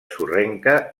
sorrenca